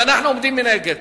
ואנחנו עומדים מנגד